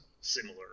similar